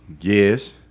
Yes